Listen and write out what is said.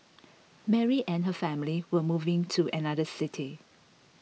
Mary and her family were moving to another city